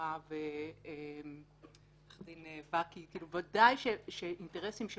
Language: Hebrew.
אמרה ועו"ד ואקי, ודאי שאינטרסים של